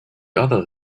other